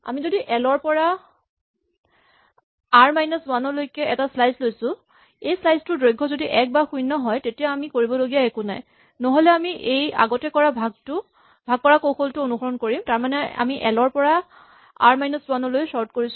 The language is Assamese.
আমি যদি এল ৰ পৰা আৰ মাইনাচ ৱান লৈকে এটা স্লাইচ লৈছো এই স্লাইচ টোৰ দৈৰ্ঘ্য যদি এক বা শূণ্য হয় তেতিয়া আমি কৰিব লগা একো নাই নহ'লে আমি এই আগতে কৰা ভাগ কৰা কৌশলটো অনুসৰণ কৰিম তাৰমানে আমি এল ৰ পৰা আৰ মাইনাচ ৱান লৈ চৰ্ট কৰিছো